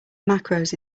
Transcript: macros